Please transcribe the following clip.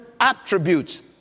attributes